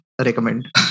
recommend